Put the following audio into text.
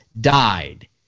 died